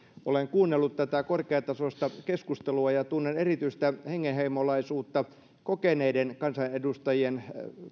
olen kuunnellut tätä korkeatasoista keskustelua ja tunnen erityistä hengenheimolaisuutta kokeneiden kansanedustajien